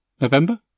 November